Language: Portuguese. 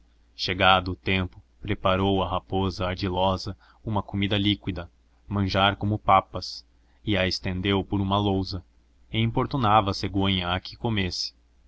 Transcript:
chegado o tempo preparou a rapoza ardilosa huma comida liquida manjar como papas e a cstendeo por huma louza fi importun nava a cegonha a cue comesse